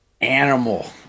animal